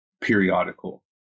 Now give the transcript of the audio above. periodical